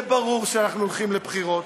זה ברור שאנחנו הולכים לבחירות.